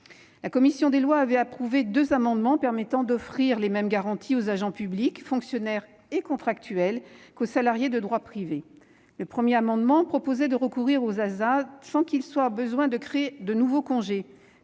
La commission des lois a adopté deux amendements visant à offrir les mêmes garanties aux agents publics- fonctionnaires ou contractuels -qu'aux salariés de droit privé. Le premier amendement avait pour objet de recourir aux ASA sans qu'il soit besoin de créer de nouveaux congés.